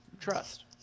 trust